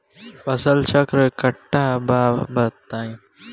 फसल चक्रण कट्ठा बा बताई?